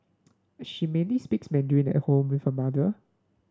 she mainly speaks Mandarin at home with her mother